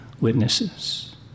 witnesses